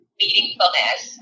meaningfulness